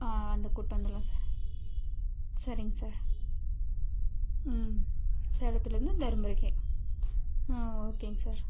வந்து கூட்டு வந்துடலாம் சார் சரிங்க சார் ம் சேலத்துலேந்து தருமபுரிக்கு ஆ ஓகேங்க சார்